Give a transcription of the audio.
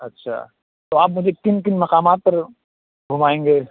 اچھا تو آپ مجھے کن کن مقامات پر گھمائیں گے